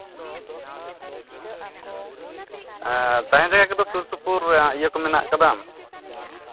ᱛᱟᱦᱮᱱ ᱡᱟᱭᱜᱟ ᱠᱚᱫᱚ ᱥᱩᱨᱼᱥᱩᱯᱩᱨ ᱤᱭᱟᱹ ᱠᱚ ᱢᱮᱱᱟᱜ ᱠᱟᱫᱟ